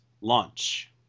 launch